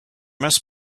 must